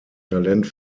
talent